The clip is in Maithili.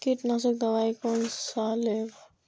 कीट नाशक दवाई कोन सा लेब?